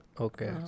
Okay